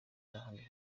n’ahandi